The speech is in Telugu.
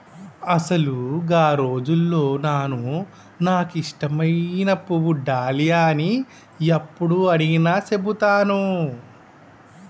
అసలు గా రోజుల్లో నాను నాకు ఇష్టమైన పువ్వు డాలియా అని యప్పుడు అడిగినా సెబుతాను